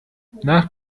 nach